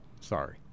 Sorry